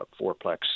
Fourplex